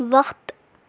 وقت